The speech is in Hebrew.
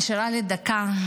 נשארה לי דקה,